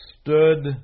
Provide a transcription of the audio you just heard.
Stood